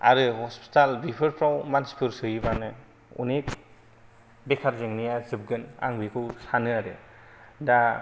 आरो हस्पिटेल बेफोरफ्राव मानसिफोर सोयोबानो अनेक बेकार जोंनाया जोबगोन आं बेखौ सानो आरो दा